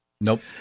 Nope